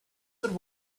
would